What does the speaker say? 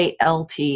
ALT